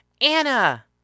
Anna